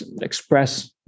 express